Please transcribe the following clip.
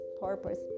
purpose